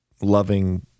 loving